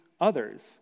others